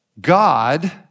God